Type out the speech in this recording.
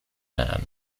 man